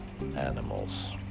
animals